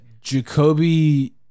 Jacoby